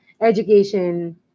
education